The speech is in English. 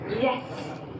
Yes